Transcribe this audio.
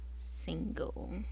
single